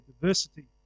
diversity